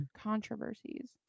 controversies